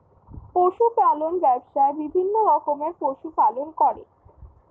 পশু পালন ব্যবসায়ে বিভিন্ন রকমের পশু পালন করে